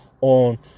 on